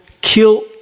kill